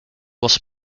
was